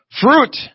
Fruit